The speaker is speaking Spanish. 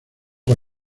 con